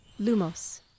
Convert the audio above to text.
Lumos